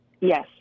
Yes